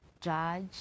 Judge